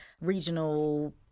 regional